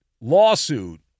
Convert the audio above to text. lawsuit